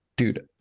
Dude